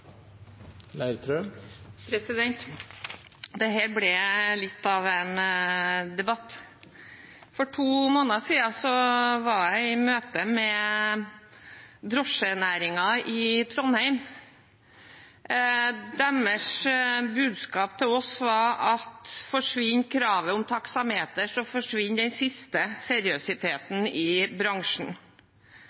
ble litt av en debatt. For to måneder siden var jeg i møte med drosjenæringen i Trondheim. Deres budskap til oss var at hvis kravet om taksameter forsvinner, da forsvinner den siste seriøsiteten i bransjen.